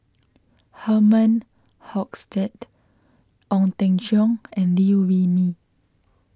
Herman Hochstadt Ong Teng Cheong and Liew Wee Mee